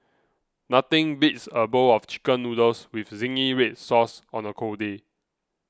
nothing beats a bowl of Chicken Noodles with Zingy Red Sauce on a cold day